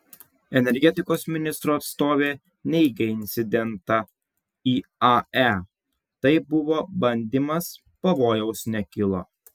energetikos ministro atstovė neigia incidentą iae tai buvo bandymas pavojaus nekilo